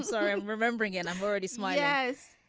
are and remembering it. i'm already set my eyes.